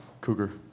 Cougar